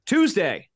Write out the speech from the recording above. Tuesday